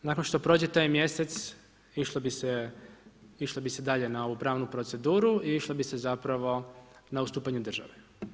Nakon što prođe taj mjesec išlo bi se dalje na ovu pravnu proceduru i išlo bi se na ustupanje države.